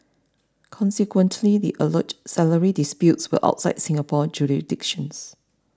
consequently the alleged salary disputes were outside Singapore's jurisdictions